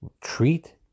treat